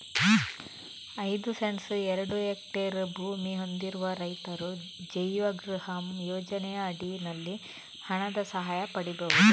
ಐದು ಸೆಂಟ್ಸ್ ನಿಂದ ಎರಡು ಹೆಕ್ಟೇರ್ ಭೂಮಿ ಹೊಂದಿರುವ ರೈತರು ಜೈವಗೃಹಂ ಯೋಜನೆಯ ಅಡಿನಲ್ಲಿ ಹಣದ ಸಹಾಯ ಪಡೀಬಹುದು